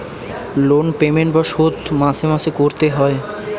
loan payment বা শোধ মাসে মাসে করতে এ হয়